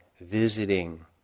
visiting